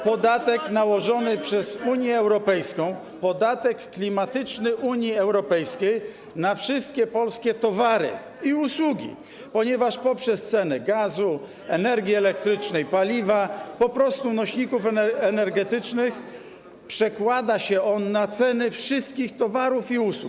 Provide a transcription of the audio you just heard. podatek nałożony przez Unię Europejską, podatek klimatyczny Unii Europejskiej, na wszystkie polskie towary i usługi, ponieważ poprzez ceny gazu, energii elektrycznej, paliwa, po prostu nośników energetycznych przekłada się on na ceny wszystkich towarów i usług.